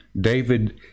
David